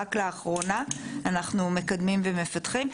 שרק לאחרונה אנחנו מקדמים ומפתחים.